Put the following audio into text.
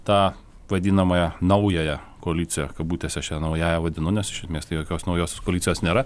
tą vadinamąją naująją koaliciją kabutėse aš ją naująja vadinu nes iš esmės tai jokios naujos koalicijos nėra